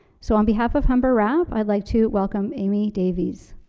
so on behalf of humber rapp, i'd like to welcome amy davies.